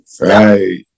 Right